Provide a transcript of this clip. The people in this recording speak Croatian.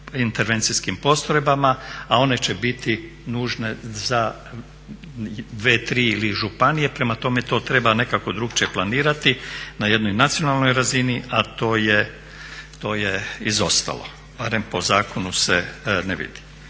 intervencijskim postrojbama, a one će biti nužne za 2, 3 ili županije. Prema tome, to treba nekako drukčije planirati na jednoj nacionalnoj razini a to je izostalo. Barem po zakonu se ne vidi.